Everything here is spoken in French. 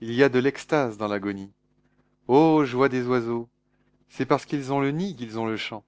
il y a de l'extase dans l'agonie ô joie des oiseaux c'est parce qu'ils ont le nid qu'ils ont le chant